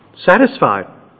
Satisfied